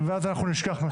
ואז אנחנו נשכח מהשאלה.